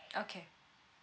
okay